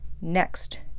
Next